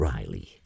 Riley